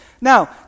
Now